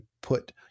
put